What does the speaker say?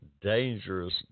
dangerous